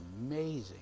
amazing